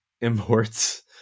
imports